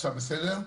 בבקשה.